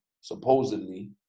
supposedly